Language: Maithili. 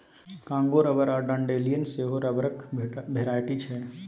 कांगो रबर आ डांडेलियन सेहो रबरक भेराइटी छै